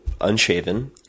unshaven